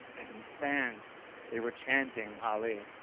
and these fans they were chanting ali.